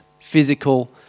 physical